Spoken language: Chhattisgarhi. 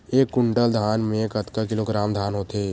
एक कुंटल धान में कतका किलोग्राम धान होथे?